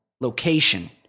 Location